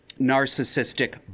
narcissistic